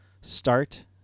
start